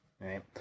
right